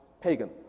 pagan